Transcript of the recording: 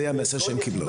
זה המסר שהן קיבלו.